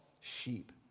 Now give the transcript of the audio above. sheep